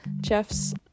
Jeff's